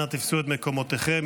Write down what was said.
אנא תפסו את מקומותיכם.